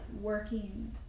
working